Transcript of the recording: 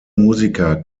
musiker